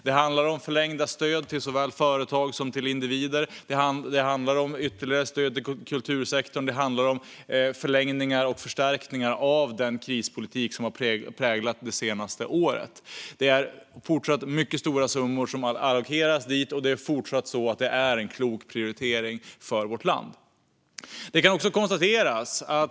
Det handlar om förlängda stöd till såväl företag som individer och om ytterligare stöd till kultursektorn. Det handlar om förlängningar och förstärkningar av den krispolitik som har präglat det senaste året. Det är fortsatt mycket stora summor som allokeras till detta, vilket är en klok investering för vårt land.